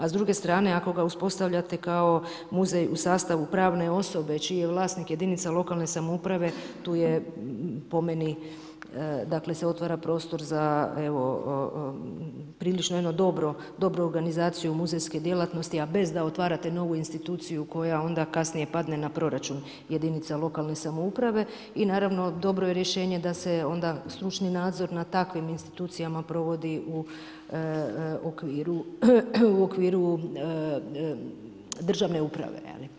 A s druge strane ako ga uspostavljate kao muzej u sastavu pravne osobe čiji je vlasnik jedinica lokalne samouprave, tu je po meni se otvara prostor za prilično jednu dobru organizaciju muzejske djelatnosti, a bez da otvarate novu instituciju koja onda kasnije padne na proračun jedinica lokalne samouprave i naravno dobro je rješenje da se onda stručni nadzor nad takvim institucijama provodi u okviru državne uprave.